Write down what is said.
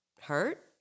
hurt